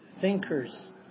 Thinkers